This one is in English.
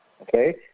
Okay